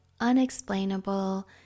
unexplainable